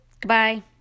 Goodbye